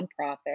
nonprofit